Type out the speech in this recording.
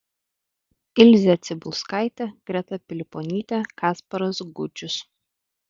ilzė cibulskaitė greta piliponytė kasparas gudžius